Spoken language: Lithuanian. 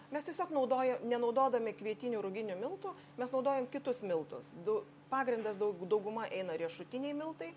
mes tiesiog naudoja nenaudodami kvietinių ruginių miltų mes naudojam kitus miltus du pagrindas daug dauguma eina riešutiniai miltai